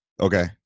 okay